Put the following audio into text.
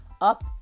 up